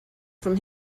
from